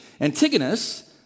Antigonus